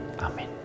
Amen